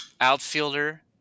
outfielder